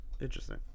Interesting